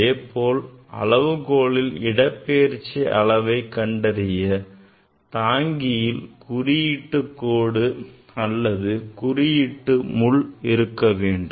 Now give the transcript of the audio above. அதேபோல் அளவுகோலில் இடப்பெயர்ச்சி அளவை கண்டறிய தாங்கியில் குறியீட்டுக் கோடு அல்லது குறியீட்டுமுள் இருக்க வேண்டும்